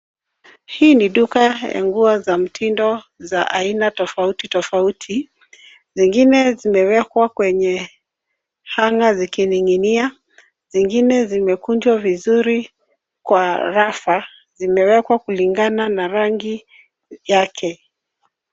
Hii ni duka za nguo ya mitindo ya aina tofauti tofauti. Zingine zimeweka kwenye hanger zikininginia, zingine zimekunjwa vizuri kwa rafa. Zimewekwa kulingana na rangi yake.